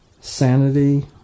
sanity